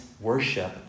worship